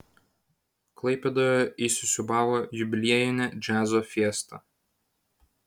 klaipėdoje įsisiūbavo jubiliejinė džiazo fiesta